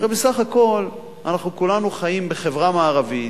הרי בסך הכול כולנו חיים בחברה מערבית,